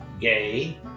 gay